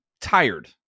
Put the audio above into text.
tired